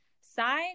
side